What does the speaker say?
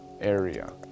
area